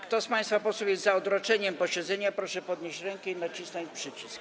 Kto z państwa posłów jest za odroczeniem posiedzenia, proszę podnieść rękę i nacisnąć przycisk.